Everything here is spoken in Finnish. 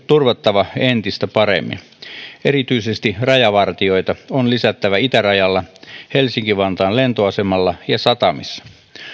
turvattava entistä paremmin erityisesti rajavartioita on lisättävä itärajalla helsinki vantaan lentoasemalla ja satamissa